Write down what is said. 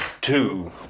two